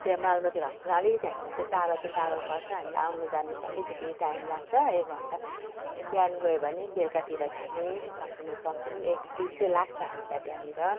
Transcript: त्यहाँ मालबजार हस्पिटलमा अलिकति हामीलाई चाहिँ टाढा चाहिँ टाढा पर्छ हामीलाई आउनु जानु चाहिँ अलिकति टाइम लाग्छ एक घन्टा बिहान गयो भने बेलुकातिर चाहिँ हामी फर्किनु सक्छौँ एक दिन चाहिँ लाग्छ हामीलाई त्यहाँनिर